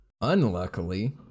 Unluckily